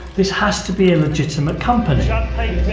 this has to be a legitimate company champagne's